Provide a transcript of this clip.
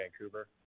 Vancouver